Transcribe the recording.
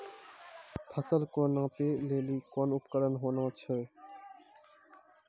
फसल कऽ नापै लेली कोन उपकरण होय छै?